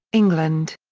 england.